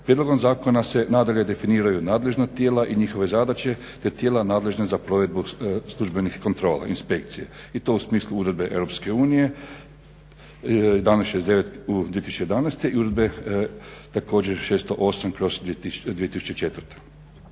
Prijedlogom zakona se nadalje definiraju nadležna tijela i njihove zadaće te tijela nadležna za provedbu službenih kontrola inspekcije i to u smislu Uredbe EU dana 69/2011. i Uredbe 608/2004.